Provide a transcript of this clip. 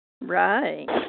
right